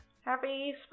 Happy